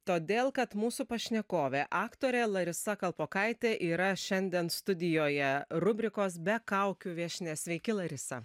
todėl kad mūsų pašnekovė aktorė larisa kalpokaitė yra šiandien studijoje rubrikos be kaukių viešnia sveiki larisa